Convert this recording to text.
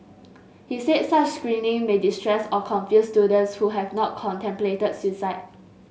he said such screening may distress or confuse students who have not contemplated suicide